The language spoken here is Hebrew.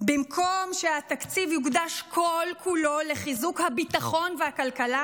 במקום שהתקציב יוקדש כל-כולו לחיזוק הביטחון והכלכלה,